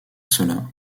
cela